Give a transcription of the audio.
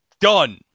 Done